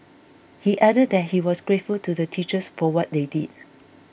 he added that he was grateful to the teachers for what they did